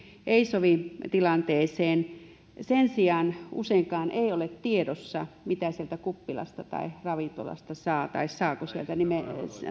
ei sovi tilanteeseen sen sijaan useinkaan ei ole tiedossa mitä sieltä kuppilasta tai ravintolasta saa tai